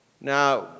Now